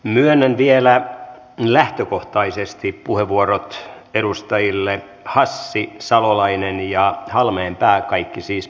myönnän vielä lähtökohtaisesti puheenvuorot edustajille hassi salolainen ja halmeenpää kaikki siis pyyntöjärjestyksen mukaisesti